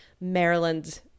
Maryland